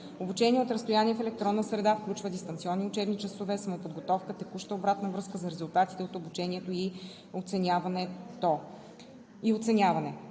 Обучението от разстояние в електронна среда включва дистанционни учебни часове, самоподготовка, текуща обратна връзка за резултатите от обучението и оценяване.